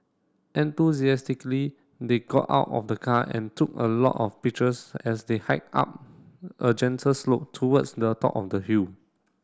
enthusiastically they got out of the car and took a lot of pictures as they hiked up a gentle slope towards the top of the hill